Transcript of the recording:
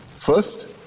First